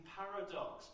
paradox